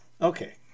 okay